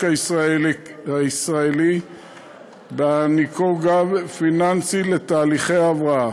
הישראלי בהעניקו גב פיננסי לתהליכי ההבראה.